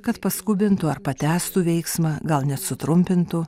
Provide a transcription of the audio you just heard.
kad paskubintų ar patęstų veiksmą gal nesutrumpintų